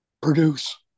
produce